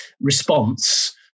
response